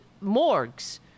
morgues